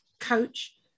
coach